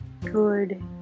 good